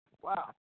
Wow